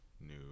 new